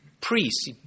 Priests